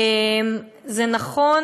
זה נכון